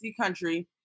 country